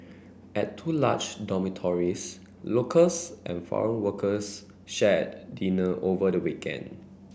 at two large dormitories locals and foreign workers shared dinner over the weekend